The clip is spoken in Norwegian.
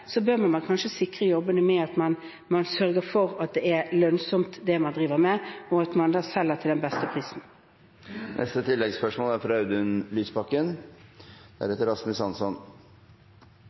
bør man kanskje sikre jobbene ved at man sørger for at det man driver med, er lønnsomt, og at man selger til den beste prisen. Audun Lysbakken – til oppfølgingsspørsmål. Jeg kom fra